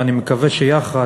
אני מקווה שיחד,